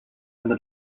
and